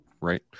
right